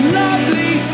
lovely